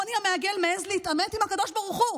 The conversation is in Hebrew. חוני המעגל מעז להתעמת עם הקדוש ברוך הוא,